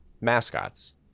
mascots